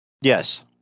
Yes